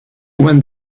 when